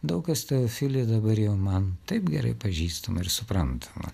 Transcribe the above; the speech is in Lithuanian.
daug kas teofily dabar jau man taip gerai pažįstama ir suprantama